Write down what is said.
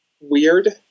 weird